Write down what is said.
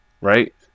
right